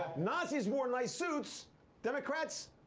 nazis wore nice suits democrats.